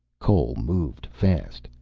cole moved fast.